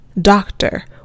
doctor